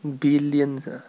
billions ah